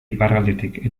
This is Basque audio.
iparraldetik